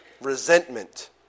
resentment